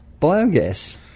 biogas